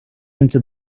into